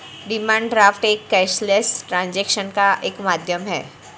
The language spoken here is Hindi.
डिमांड ड्राफ्ट एक कैशलेस ट्रांजेक्शन का एक माध्यम है